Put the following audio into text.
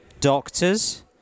Doctors